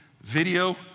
video